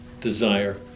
desire